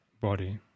body